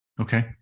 Okay